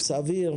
זה סביר,